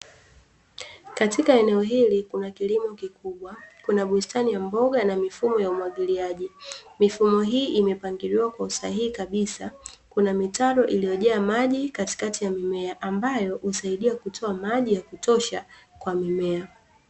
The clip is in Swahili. Katika eneo hili kuna kilimo kikubwa, kuna bustani ya mboga na mifumo ya umwagiliaji. Mifumo hii imepangiliwa kwa usahihi kabisa, kuna mitaro iliyojaa maji katikati ya mimea, ambayo husaidia kutoa maji ya kutosha kwa mimea.